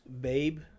babe